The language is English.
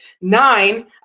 nine